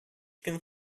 көн